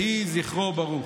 יהי זכרו ברוך.